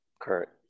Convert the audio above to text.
Correct